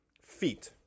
Feet